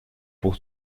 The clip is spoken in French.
pour